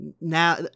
now